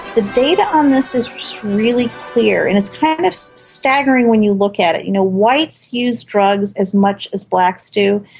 the data on this is just really clear, and it's kind of so staggering when you look at it. you know, whites use drugs as much as blacks do,